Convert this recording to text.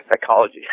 Psychology